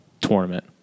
tournament